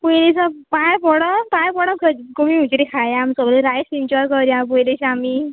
पयलें दिसा पायां पडोंक पांया पडोंक खंय खंयतरी गोबी मंचुरी खांवया सगळीं लायफ इन्जॅाय करयां पयलें दिसा आमी